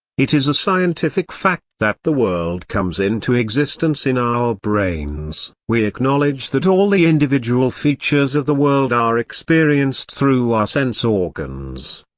it is a scientific fact that the world comes into existence in our brains we acknowledge that all the individual features of the world are experienced through our sense organs.